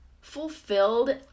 fulfilled